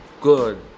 good